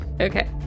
okay